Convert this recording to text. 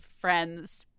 friends